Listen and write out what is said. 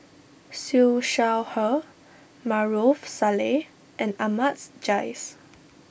Siew Shaw Her Maarof Salleh and Ahmad's Jais